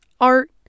art